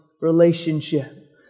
relationship